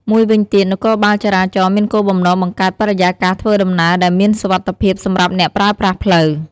មួយវិញទៀត នគរបាលចរាចរណ៍មានគោលបំណងបង្កើតបរិយាកាសធ្វើដំណើរដែលមានសុវត្ថិភាពសម្រាប់អ្នកប្រើប្រាស់ផ្លូវ។